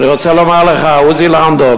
אני רוצה לומר לך, עוזי לנדאו,